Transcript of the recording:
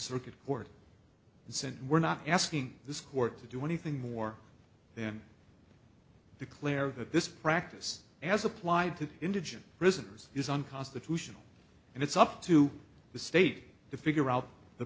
said we're not asking this court to do anything more then declare that this practice as applied to indigent prisoners is unconstitutional and it's up to the state to figure out the